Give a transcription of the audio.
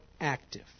active